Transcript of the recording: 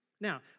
Now